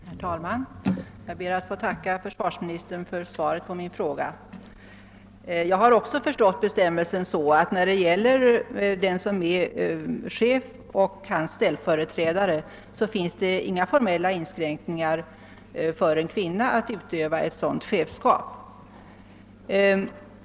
Herr talman! Jag ber att få tacka försvarsministern för svaret på min fråga. Också jag har förstått ifrågavarande bestämmelse så, att det när det gäller den som är chef och hans ställföreträdare inte finns några formella inskränkningar i rätten för en kvinna att utöva chefskap.